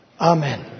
Amen